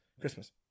Christmas